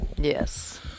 Yes